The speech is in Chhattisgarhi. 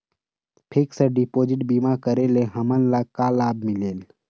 फिक्स डिपोजिट बीमा करे ले हमनला का लाभ मिलेल?